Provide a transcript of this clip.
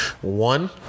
One